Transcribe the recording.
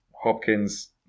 Hopkins